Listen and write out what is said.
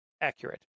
accurate